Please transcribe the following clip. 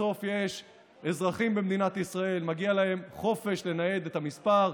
בסוף יש אזרחים במדינת ישראל שמגיע להם חופש לנייד את המספר,